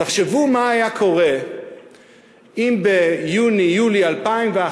תחשבו מה היה קורה אם ביוני יולי 2011